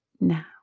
Now